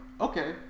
okay